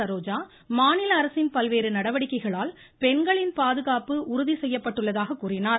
சரோஜா மாநில அரசின் பல்வேறு நடவடிக்கைகளால் பெண்களின் பாதுகாப்பு உறுதி செய்யப்பட்டுள்ளதாக கூறினார்